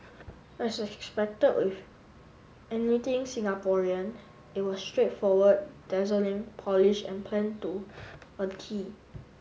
as expected with anything Singaporean it was straightforward dazzling polished and planned to a tee